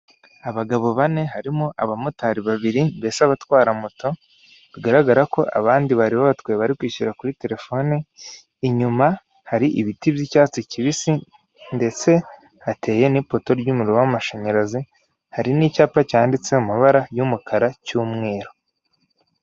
Abagabo bane, harimo abamotari babiri, mbese abatwara moto bigaragara ko abandi bari batwaye bari kwishyirara kuri terefone. Inyuma hari ibiti by’icyatsi kibisi ndetse hateye n’ipoto ry’umuriro w’amashanyarazi. Hari n’icyapa cyanditse mu mabara y’umukara cy’umweru.